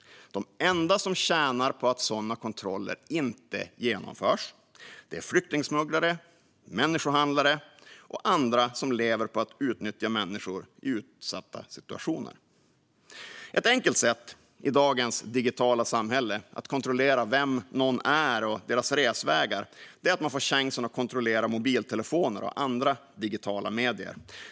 De enda som tjänar på att såna kontroller inte genomförs är flyktingsmugglare, människohandlare och andra som lever på att utnyttja människor i utsatta situationer. Ett enkelt sätt att i dagens digitala samhälle kontrollera vem någon är och dennes resvägar är att man får chansen att kontrollera mobiltelefoner och andra digitala medier.